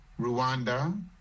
Rwanda